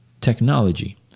Technology